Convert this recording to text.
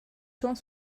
temps